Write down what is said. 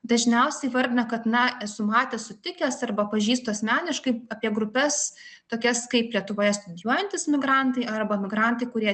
dažniausiai įvardina kad na esu matęs sutikęs arba pažįstu asmeniškai apie grupes tokias kaip lietuvoje studijuojantys migrantai arba migrantai kurie